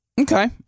Okay